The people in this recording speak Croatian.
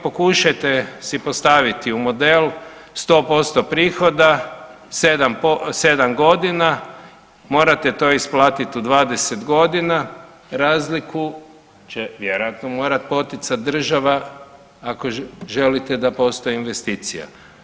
Pokušajte si postaviti u model 100% prihoda 7 godina, morate to isplatit u 20 godina, razliku će vjerojatno poticat Država ako želite da postoji investicija.